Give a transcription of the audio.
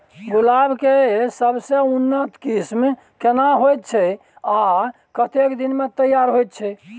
गुलाब के सबसे उन्नत किस्म केना होयत छै आ कतेक दिन में तैयार होयत छै?